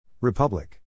Republic